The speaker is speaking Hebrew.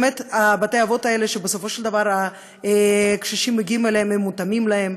האם בתי-האבות האלה שהקשישים מגיעים אליהם בסופו של דבר מותאמים להם,